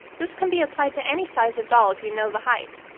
this can be applied to any size of doll if you know the height.